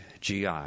GI